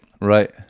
Right